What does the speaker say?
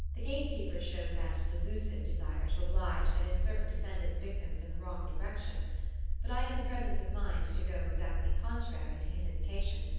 the gate-keeper showed that delusive desire to oblige that is certain to send its victims in the wrong direction but i had the presence of mind to go exactly contrary to his indication,